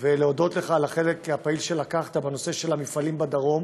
ולהודות לך על החלק הפעיל שלקחת בנושא של המפעלים בדרום.